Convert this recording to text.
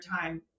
time